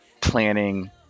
planning